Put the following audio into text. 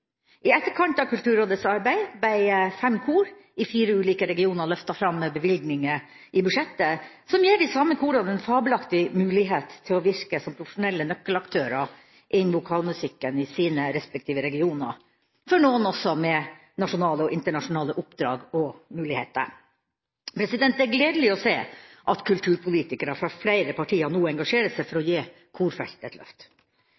I etterkant av Kulturrådets arbeid ble fem kor i fire ulike regioner løftet fram med bevilgninger i budsjettet som gir de samme korene en fabelaktig mulighet til å virke som profesjonelle nøkkelaktører innen vokalmusikken i sine respektive regioner – for noen også med nasjonale og internasjonale oppdrag og muligheter. Det er gledelig å se at kulturpolitikere fra flere partier nå engasjerer seg for å gi korfeltet et løft.